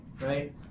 right